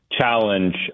challenge